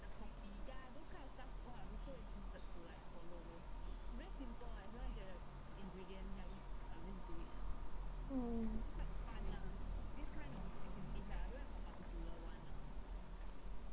mm